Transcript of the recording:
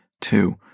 Two